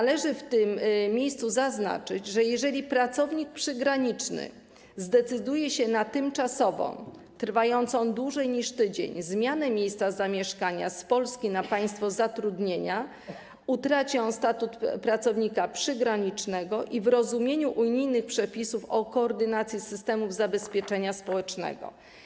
Należy w tym miejscu zaznaczyć, że jeżeli pracownik przygraniczny zdecyduje się na tymczasową, trwającą dłużej niż tydzień zmianę miejsca zamieszkania: z Polski na państwo zatrudnienia, utraci on status pracownika przygranicznego w rozumieniu unijnych przepisów o koordynacji systemów zabezpieczenia społecznego.